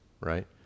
right